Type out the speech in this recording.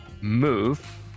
move